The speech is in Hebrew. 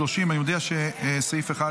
30. אני מודיע שסעיף 1,